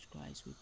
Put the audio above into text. Christ